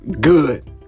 good